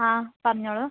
ആ പറഞ്ഞോളു